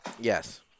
Yes